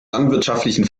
landwirtschaftlichen